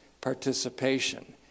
participation